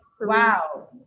wow